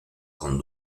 con